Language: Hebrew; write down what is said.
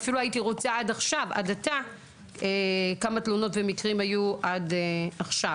ואפילו הייתי רוצה לדעת כמה תלונות ומקרים היו עד עכשיו.